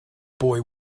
boy